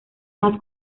más